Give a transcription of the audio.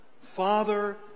Father